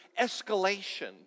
escalation